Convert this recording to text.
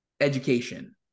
education